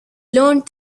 learned